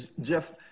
Jeff